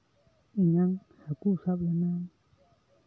ᱤᱧᱟᱹᱝᱽ ᱦᱟᱹᱠᱩ ᱥᱟᱵ ᱨᱮᱱᱟᱝ